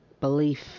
belief